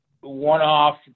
one-off